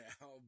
now